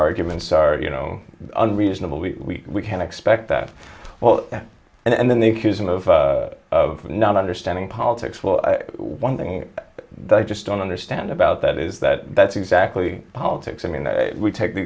arguments are you know unreasonable we can expect that well and then they accuse him of not understanding politics well one thing that i just don't understand about that is that that's exactly politics i mean we take the